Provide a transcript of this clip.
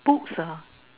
books ah